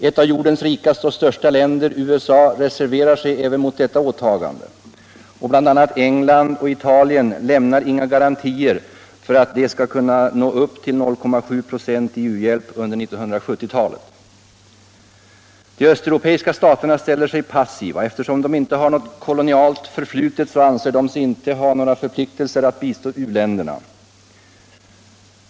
Ett av jordens rikaste och största länder - USA — reserverar sig även mot detta åtagande. BI. a. England och Italien lämnar inga garantier för att de skulle nå upp till 0,7 6 i u-hjälp under 1970-talet. De östeuropeiska staterna ställer sig passiva. Eftersom de inte har något kolonial förflutet, anser de sig inte ha några förpliktelser att bistå uländerna.